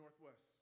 Northwest